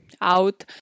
out